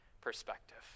perspective